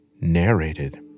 narrated